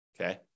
okay